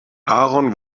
aaron